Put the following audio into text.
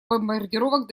бомбардировок